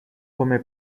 come